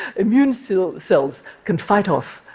immune so cells can fight off